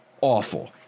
awful